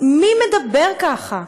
מי מדבר ככה?